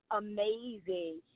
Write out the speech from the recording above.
amazing